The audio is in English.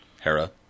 Hera